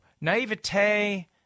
Naivete